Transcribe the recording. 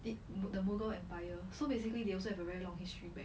it mug~ the mughal empire so basically they also have a very long history back